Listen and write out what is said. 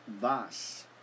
thus